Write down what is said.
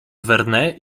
verne’a